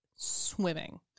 Swimming